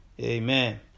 Amen